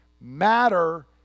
Matter